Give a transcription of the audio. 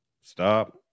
stop